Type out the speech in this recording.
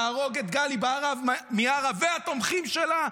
תהרוג את גלי בהרב מיארה והתומכים שלה,